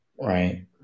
right